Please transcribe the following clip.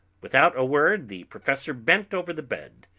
without a word the professor bent over the bed,